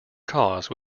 cause